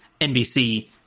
nbc